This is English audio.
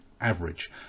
average